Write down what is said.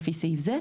לפי סעיף זה,